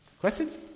Questions